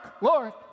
Lord